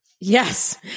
Yes